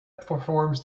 performs